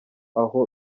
aho